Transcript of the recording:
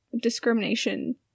discrimination